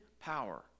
power